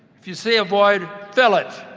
if you see a void, fill it.